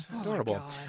adorable